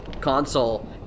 console